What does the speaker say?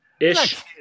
ish